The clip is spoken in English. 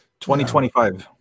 2025